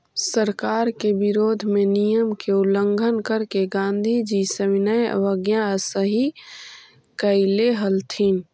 सरकार के विरोध में नियम के उल्लंघन करके गांधीजी सविनय अवज्ञा अइसही कैले हलथिन